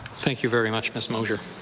thank you very much, ms. mosher.